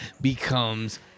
becomes